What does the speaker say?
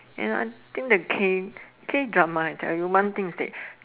and you know I think the K K drama I tell you one thing is that